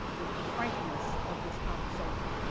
is the frankness of this conversation.